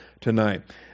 tonight